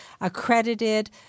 accredited